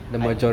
I